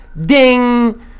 ding